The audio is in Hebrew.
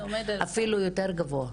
אפילו יותר גבוהה.